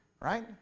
right